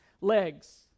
legs